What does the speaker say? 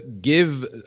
give